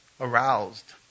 aroused